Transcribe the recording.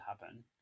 happen